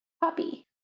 puppy